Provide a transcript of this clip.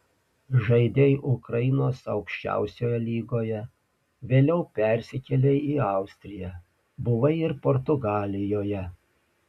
žaidei ukrainos aukščiausioje lygoje vėliau persikėlei į austriją buvai ir portugalijoje